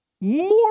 More